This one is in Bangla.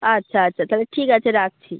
আচ্ছা আচ্ছা তাহলে ঠিক আছে রাখছি